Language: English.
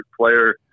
player